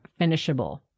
finishable